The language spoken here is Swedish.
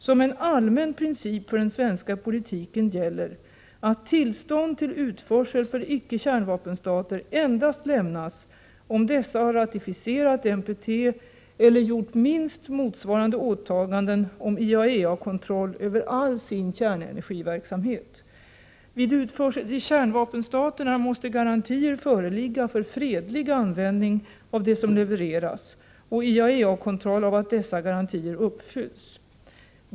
Som en allmän princip för den svenska politiken gäller att tillstånd till utförsel för icke-kärnvapenstater endast lämnas om dessa har ratificerat NPT eller gjort minst motsvarande åtaganden om IAEA-kontroll över all sin kärnenergiverksamhet. Vid utförsel till kärnvapenstaterna måste föreligga garantier för fredlig användning av det som levereras och IAEA kontroll av att dessa garantier uppfylls.